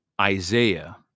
Isaiah